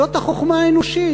זאת החוכמה האנושית.